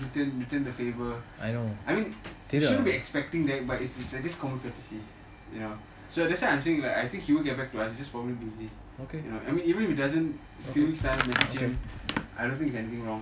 you didn't return the favour I mean we shouldn't be expecting that by it's at least common courtesy you know so that's why I'm saying like I think he will get back to us but he is just probably busy you know I mean even he doesn't in a few weeks' time message him I don't think there is anything wrong